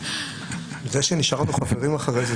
זה שנשארנו חברים אחרי ...